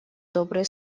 добрые